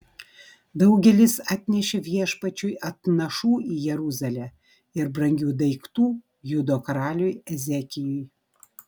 daugelis atnešė viešpačiui atnašų į jeruzalę ir brangių daiktų judo karaliui ezekijui